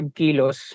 kilos